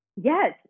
Yes